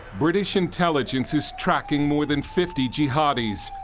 british intelligence is tracking more than fifty jihadis,